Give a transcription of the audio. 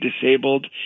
disabled